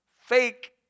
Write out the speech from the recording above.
fake